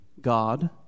God